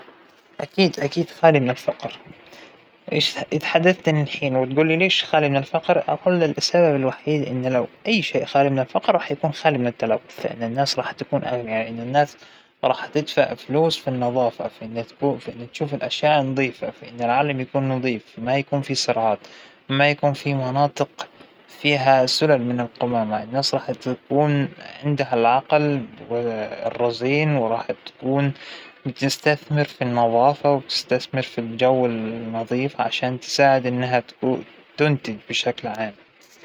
أكيد عالم خالى من التلوث، لأن التلوث أو البليوشن لو انه صار مو راح يكون فى عالم أصلاً، ترى مرة مضر مرة يؤدى للوفاة، بيأثر علينا احنا حتى لو انو هى الطبقة، مو مو طبقة فقيرة بتلاحظ تاثير الملوثات عليها، لكن الفقر هذا العمل الجاد بى بى بيقضى عليه بس.